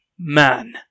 Man